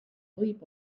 võib